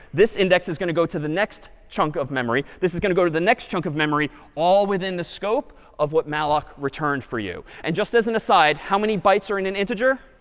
this index is going to go to the next chunk of memory. this is going to go to the next chunk of memory, all within the scope of what malloc returned for you. and just as an aside, how many bytes are in an integer?